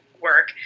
work